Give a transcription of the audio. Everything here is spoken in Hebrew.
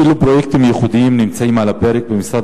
אילו פרויקטים ייחודיים נמצאים על הפרק במשרד